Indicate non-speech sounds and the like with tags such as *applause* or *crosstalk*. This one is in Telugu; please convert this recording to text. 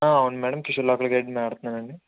అవును మ్యాడమ్ *unintelligible* మాట్లాడుతున్నానండి